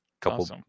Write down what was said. couple